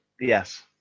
yes